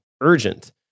urgent